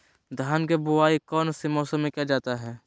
धान के बोआई कौन सी मौसम में किया जाता है?